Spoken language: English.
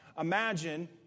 imagine